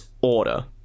order